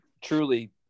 truly